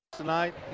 tonight